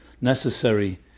necessary